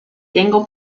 dingle